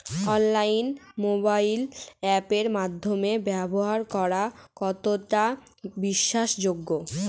অনলাইনে মোবাইল আপের মাধ্যমে ব্যাবসা করা কতটা বিশ্বাসযোগ্য?